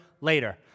later